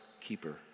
keeper